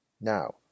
Now